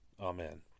Amen